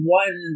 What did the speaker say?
one